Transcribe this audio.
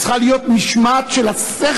צריכה להיות משמעת של השכל.